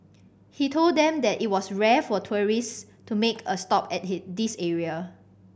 he told them that it was rare for tourists to make a stop at he this area